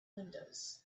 windows